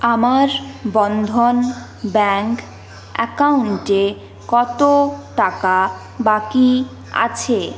আমার বন্ধন ব্যাঙ্ক অ্যাকাউন্টে কত টাকা বাকি আছে